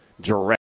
direct